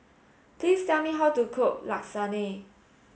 please tell me how to cook Lasagne